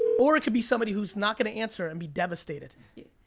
or it could be somebody who's not gonna answer and be devastated. yeah